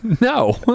No